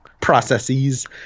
processes